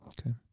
Okay